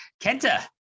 Kenta